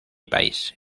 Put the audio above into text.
país